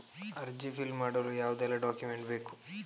ಅರ್ಜಿ ಫಿಲ್ ಮಾಡಲು ಯಾವುದೆಲ್ಲ ಡಾಕ್ಯುಮೆಂಟ್ ಬೇಕು?